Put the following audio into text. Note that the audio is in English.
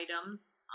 items